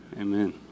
Amen